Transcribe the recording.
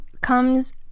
comes